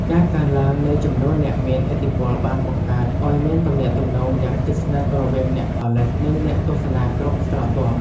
ការកើនឡើងនៃចំនួនអ្នកមានឥទ្ធិពលបានបង្កើតឱ្យមានទំនាក់ទំនងយ៉ាងជិតស្និទ្ធរវាងអ្នកផលិត និងអ្នកទស្សនាគ្រប់ស្រទាប់។